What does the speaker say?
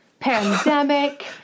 pandemic